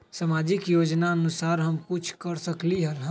सामाजिक योजनानुसार हम कुछ कर सकील?